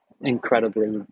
incredibly